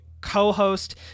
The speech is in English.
co-host